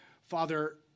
Father